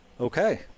Okay